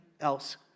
else